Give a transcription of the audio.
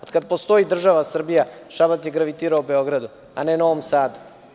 Od kad postoji država Srbija Šabac je gravitirao Beogradu, a ne Novom Sadu.